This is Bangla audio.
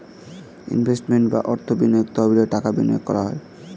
ইনভেস্টমেন্ট বা অর্থ বিনিয়োগ তহবিলে টাকা বিনিয়োগ করা হয়